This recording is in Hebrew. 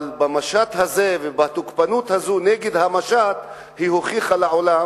אבל במשט הזה ובתוקפנות הזאת נגד המשט היא הוכיחה לעולם